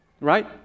right